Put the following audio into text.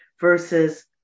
versus